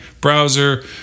browser